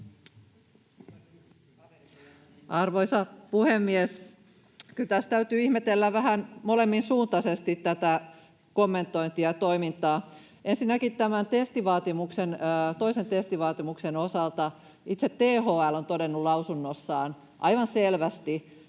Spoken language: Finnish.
Arvoisa puhemies! Kyllä tässä täytyy ihmetellä vähän molemminsuuntaisesti tätä kommentointia ja toimintaa. Ensinnäkin tämän toisen testivaatimuksen osalta itse THL on todennut lausunnossaan aivan selvästi,